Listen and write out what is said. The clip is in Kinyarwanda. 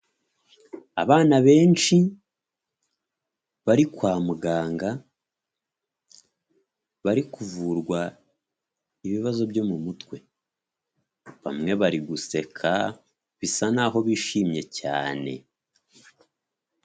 Abana benshi bari kwa muganga bari kuvurwa ibibazo byo mu mutwe bamwe bari guseka bisa nkaho bishimye cyane.